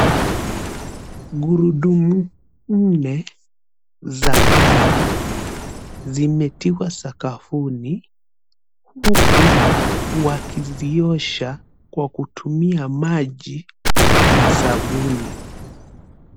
Gurudumu nne za gari zimetiwa sakafuni huku wakiziosha kwa kutumia maji na sabuni.